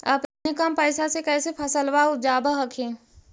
अपने कम पैसा से कैसे फसलबा उपजाब हखिन?